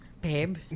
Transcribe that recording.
babe